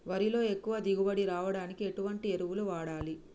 వరిలో ఎక్కువ దిగుబడి రావడానికి ఎటువంటి ఎరువులు వాడాలి?